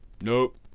Nope